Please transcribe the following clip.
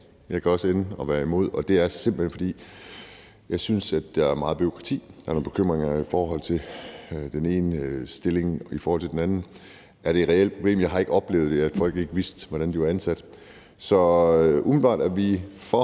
jeg kan også ende med at være imod, og det er simpelt hen, fordi jeg synes, at der er meget bureaukrati i det. Der er nogle bekymringer med hensyn til den ene stilling i forhold til den anden, og om det er et reelt problem. Jeg har ikke oplevet, at folk ikke vidste, hvordan de var ansat. Så umiddelbart er vi for